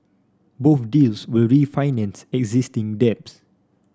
both deals will refinance existing debts